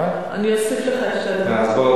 אני אוסיף לך את שתי הדקות האלה.